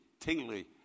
tingly